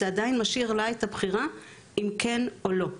זה עדיין משאיר לה את הבחירה אם כן או לא.